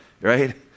right